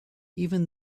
even